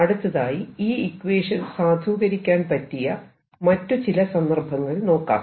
അടുത്തതായി ഈ ഇക്വേഷൻ സാധൂകരിക്കാൻ പറ്റിയ മറ്റു ചില സന്ദർഭങ്ങൾ നോക്കാം